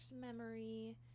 memory